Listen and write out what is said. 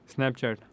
Snapchat